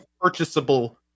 purchasable